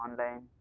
online